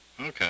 Okay